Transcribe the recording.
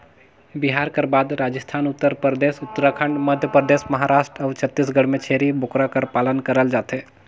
बिहार कर बाद राजिस्थान, उत्तर परदेस, उत्तराखंड, मध्यपरदेस, महारास्ट अउ छत्तीसगढ़ में छेरी बोकरा कर पालन करल जाथे